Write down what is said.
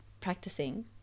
practicing